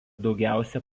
daugiausiai